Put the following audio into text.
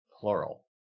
Plural